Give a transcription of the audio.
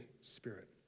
Spirit